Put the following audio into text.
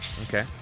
Okay